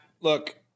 look